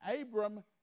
Abram